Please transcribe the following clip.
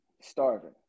starving